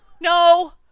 No